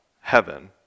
heaven